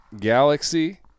Galaxy